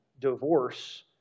divorce